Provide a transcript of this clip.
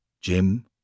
Jim